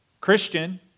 Christian